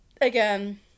again